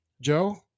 Joe